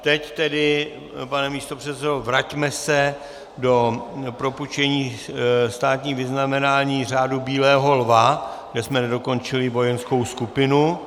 Teď tedy, pane místopředsedo, vraťme se do propůjčení státních vyznamenání, Řádu bílého lva, kde jsme nedokončili vojenskou skupinu.